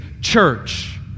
church